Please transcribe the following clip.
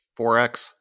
4x